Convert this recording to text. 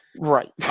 Right